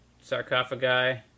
sarcophagi